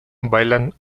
bailan